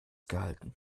gehalten